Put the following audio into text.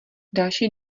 další